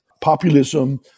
Populism